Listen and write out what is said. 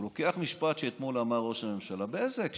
הוא לוקח משפט שאתמול אמר ראש הממשלה באיזה הקשר,